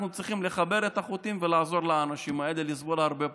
אנחנו צריכים לחבר את החוטים ולעזור לאנשים האלה לסבול הרבה פחות.